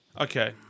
Okay